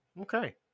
Okay